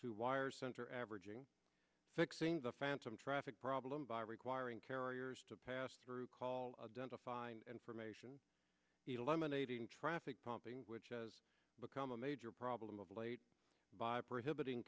to wire center averaging fixing the phantom traffic problem by requiring carriers to pass through call of dental find information eliminating traffic pumping which has become a major problem of late by prohibiting